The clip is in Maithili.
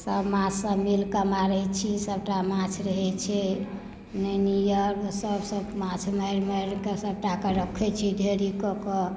सब माछ सब मिलके मारय छी सबटा माछ रहय छै नैनी अर सब से माछ मारि मारिके सबटाके रखय छी ढेरी कऽ कऽ